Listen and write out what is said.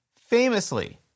Famously